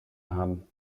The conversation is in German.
haben